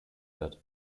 wird